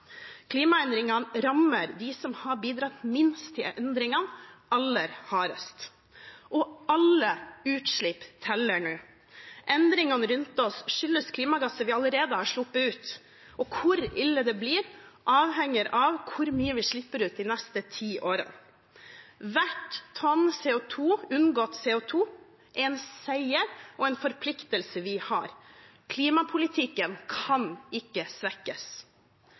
Klimaendringene rammer dem som har bidratt minst til endringene, aller hardest. Og alle utslipp teller nå. Endringene rundt oss skyldes klimagasser vi allerede har sluppet ut, og hvor ille det blir, avhenger av hvor mye vi slipper ut de neste ti årene. Hvert tonn unngått CO 2 er en seier og en forpliktelse vi har. Klimapolitikken kan ikke svekkes.